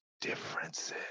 differences